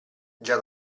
già